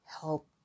help